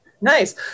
Nice